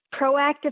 Proactive